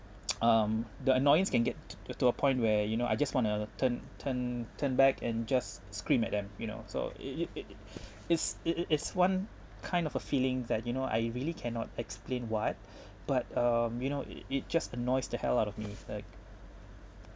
um the annoyance can get to to a point where you know I just want to turn turn turn back and just scream at them you know so it it it it is it it it is one kind of a feeling that you know I really cannot explain what but um you know it it just annoys the hell out of me like